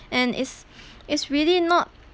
and it's it's really not